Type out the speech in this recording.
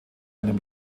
einem